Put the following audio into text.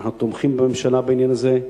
אנחנו תומכים בממשלה בעניין הזה.